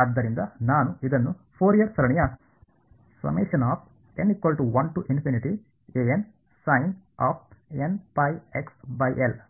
ಆದ್ದರಿಂದ ನಾನು ಇದನ್ನು ಫೋರಿಯರ್ ಸರಣಿಯ